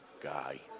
guy